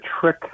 trick